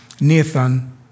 Nathan